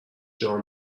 جان